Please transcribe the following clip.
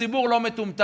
הציבור לא מטומטם,